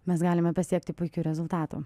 mes galime pasiekti puikių rezultatų